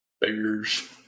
Bears